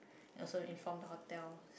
also inform the hotel